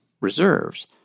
reserves